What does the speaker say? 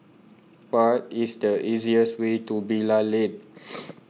What IS The easiest Way to Bilal Lane